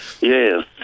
Yes